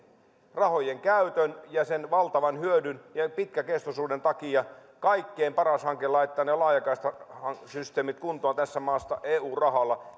rahojen käytön ja sen valtavan hyödyn ja ja pitkäkestoisuuden takia kaikkein paras hanke laittaa laajakaistasysteemit kuntoon tässä maassa eu rahalla